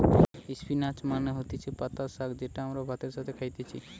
spinach মানে হতিছে পাতা শাক যেটা আমরা ভাতের সাথে খাইতেছি